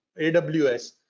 AWS